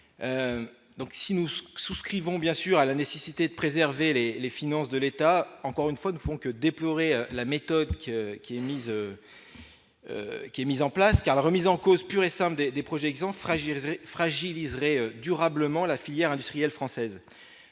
donc si nous ce souscrivons bien sûr à la nécessité de préserver les les finances de l'État, encore une fois, ne font que déplorer la méthode qui qui mise qui est mise en place, car la remise en cause pure et samedi des projections fragilisé fragiliserait durablement la filière industrielle française,